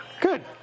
Good